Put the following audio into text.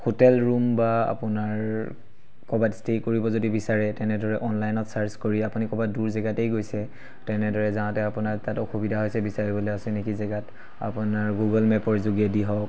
hotel room বা আপোনাৰ ক'ৰবাত ষ্টে' কৰিব যদি বিচাৰে তেনেদৰে অনলাইনত ছাৰ্চ কৰি আপুনি ক'ৰবাত দূৰ জেগাতেই গৈছে তেনেদৰে যাওঁতে আপোনাৰ তাত অসুবিধা হৈছে বিচাৰিবলৈ অচিনাকি জেগাত আপোনাৰ গুগল মেপৰ যোগেদি হওক